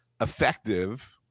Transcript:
effective